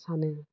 सानो